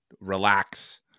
relax